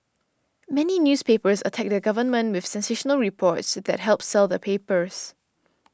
many newspapers attack the government with sensational reports that help sell their papers